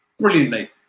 Brilliantly